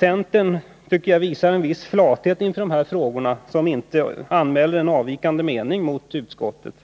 Jag tycker att centern visar en viss flathet inför de här frågorna genom att inte anmäla en avvikande mening mot utskottets